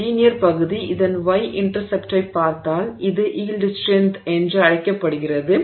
இந்த லீனியர் பகுதி இதன் y இன்டெர்செப்ட்டைப் பார்த்தால் இது யீல்டு ஸ்ட்ரென்த் என்று அழைக்கப்படுகிறது